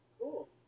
Cool